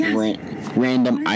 random